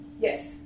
yes